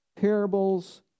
parables